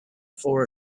for